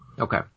Okay